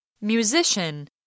Musician